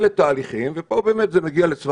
אלה תהליכים ופה באמת זה מגיע לצוואר